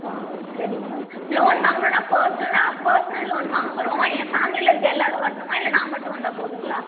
ஆ சரிங்க ma'am loan வாங்கணுன்னா பர்ஸ்னலாக பர்ஸ்னல் லோன் வாங்குகிறோம் என் ஃபேமிலியில இருக்க எல்லாரும் வரணுமா இல்லை நான் மட்டும் வந்தால் போதுங்களா